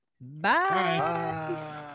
bye